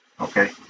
okay